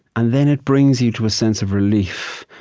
and then it brings you to a sense of relief.